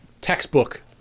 Textbook